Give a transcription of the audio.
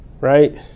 right